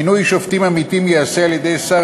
מינוי שופטים עמיתים ייעשה על-ידי שר